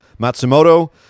Matsumoto